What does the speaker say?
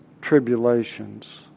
tribulations